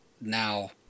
Now